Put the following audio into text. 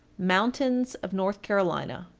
mountains of north carolina.